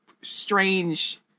strange